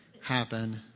happen